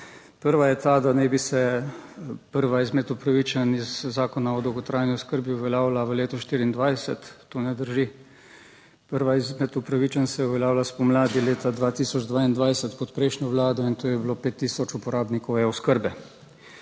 Prva je ta, da naj bi se prva izmed upravičenj iz Zakona o dolgotrajni oskrbi uveljavila v letu 2024, to ne drži. Prva izmed upravičenj se je uveljavila spomladi leta 2022 pod prejšnjo vlado in to je bilo 5 tisoč uporabnikov e-oskrbe,